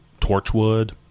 Torchwood